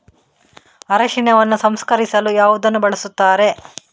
ಅರಿಶಿನವನ್ನು ಸಂಸ್ಕರಿಸಲು ಯಾವುದನ್ನು ಬಳಸುತ್ತಾರೆ?